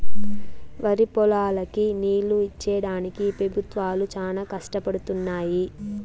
వరిపొలాలకి నీళ్ళు ఇచ్చేడానికి పెబుత్వాలు చానా కష్టపడుతున్నయ్యి